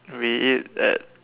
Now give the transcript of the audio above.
we eat at